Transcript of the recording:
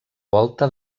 volta